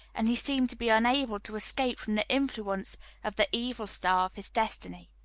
and he seemed to be unable to escape from the influence of the evil star of his destiny.